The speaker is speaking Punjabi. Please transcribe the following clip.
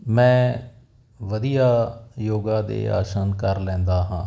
ਮੈਂ ਵਧੀਆ ਯੋਗਾ ਦੇ ਆਸਨ ਕਰ ਲੈਂਦਾ ਹਾਂ